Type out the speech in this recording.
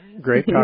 Great